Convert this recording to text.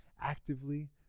actively